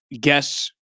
guess